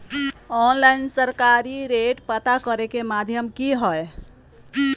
Online सरकारी rate पता करे के माध्यम की हय?